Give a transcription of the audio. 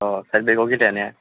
अ side बेकआव गेलेया ने